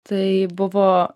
tai buvo